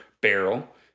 barrel